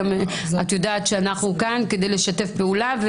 את יודעת שאנחנו כאן כדי לשתף פעולה.